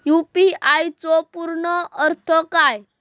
UPI चो पूर्ण अर्थ काय?